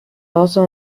also